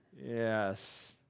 Yes